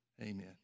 amen